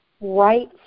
right